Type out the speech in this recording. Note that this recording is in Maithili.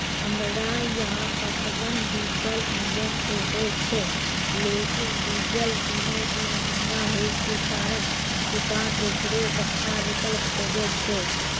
हमरा यहाँ पटवन डीजल इंजन से होय छैय लेकिन डीजल दिनों दिन महंगा होय के कारण किसान एकरो सस्ता विकल्प खोजे छैय?